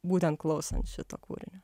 būtent klausant šito kūrinio